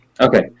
Okay